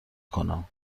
کنم